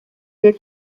did